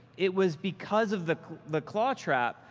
it was because of the the claw trap,